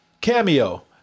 cameo